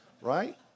right